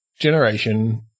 generation